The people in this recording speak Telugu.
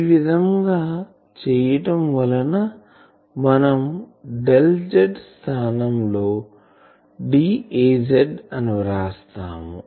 ఈ విధం గా చేయటం వలన మనం డెల్ Zస్థానం లో dAz అని వ్రాస్తాము